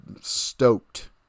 stoked